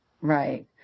Right